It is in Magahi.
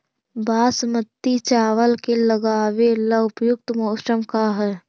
बासमती चावल के लगावे ला उपयुक्त मौसम का है?